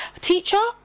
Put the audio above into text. teacher